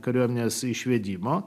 kariuomenės išvedimo